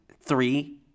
three